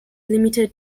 limited